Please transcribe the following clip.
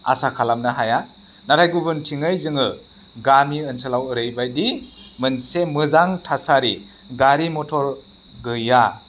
आसा खालामनो हाया नाथाय गुबुनथिङै जोङो गामि ओनसोलाव ओरैबायदि मोनसे मोजां थासारि गारि मथर गैया